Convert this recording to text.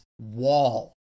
wall